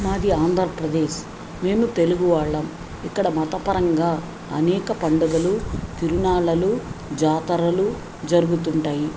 మాది ఆంధ్రప్రదేశ్ మేము తెలుగు వాళ్ళం ఇక్కడ మతపరంగా అనేక పండుగలు తిరుణాలలు జాతరలు జరుగుతుంటాయి